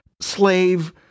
slave